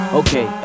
okay